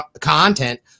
content